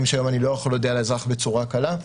שהיום אני לא יכול להודיע לאזרח בצורה קלה,